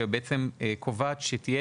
שקובעת שתהיה